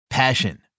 Passion